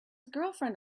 girlfriend